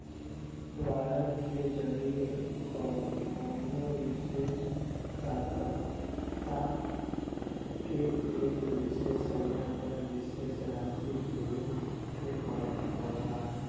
warrant के जरिये कउनो विशेष प्राप्तकर्ता के एक विशेष समय पर विशेष राशि देवे के पड़ला